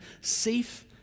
safe